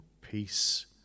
peace